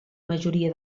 majoria